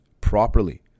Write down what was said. properly